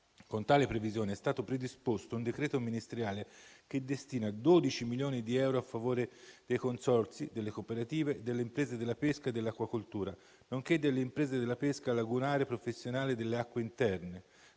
con tale previsione è stato predisposto un decreto ministeriale che destina 12 milioni di euro a favore dei consorzi, delle cooperative, delle imprese della pesca e dell'acquacoltura, nonché delle imprese della pesca lagunare professionale delle acque interne